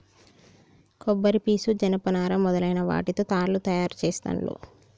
కొబ్బరి పీసు జనప నారా మొదలైన వాటితో తాళ్లు తయారు చేస్తాండ్లు